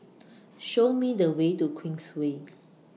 Show Me The Way to Queensway